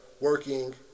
working